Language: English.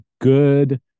good